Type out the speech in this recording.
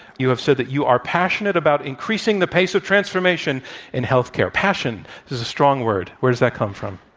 you have said that you are passionate about increasing the pace of transformation in health care. passion is a strong word. where does that come from?